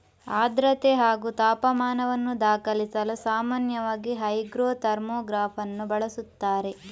ಆರ್ದ್ರತೆ ಹಾಗೂ ತಾಪಮಾನವನ್ನು ದಾಖಲಿಸಲು ಸಾಮಾನ್ಯವಾಗಿ ಹೈಗ್ರೋ ಥರ್ಮೋಗ್ರಾಫನ್ನು ಬಳಸುತ್ತಾರೆ